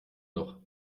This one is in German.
noch